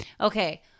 Okay